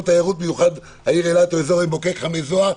תיירות מיוחד העיר אילת או אזור עין בוקק-חמי זוהר)?